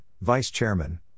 Vice-Chairman